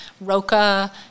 ROCA